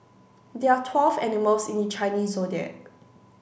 there are twelve animals in the Chinese Zodiac